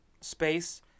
space